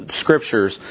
scriptures